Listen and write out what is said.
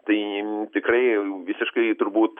tai tikrai jau visiškai turbūt